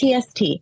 TST